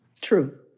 True